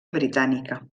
britànica